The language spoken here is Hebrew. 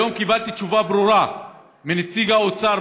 היום קיבלתי תשובה ברורה מנציג האוצר